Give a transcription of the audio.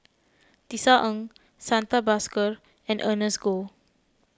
Tisa Ng Santha Bhaskar and Ernest Goh